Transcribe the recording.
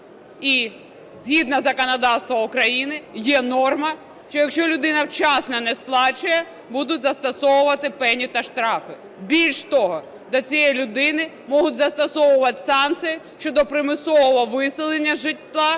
І згідно із законодавством України є норма, що якщо людина вчасно не сплачує, будуть застосовувати пені та штрафи. Більше того, до цієї людини можуть застосовувати санкції щодо примусового виселення із житла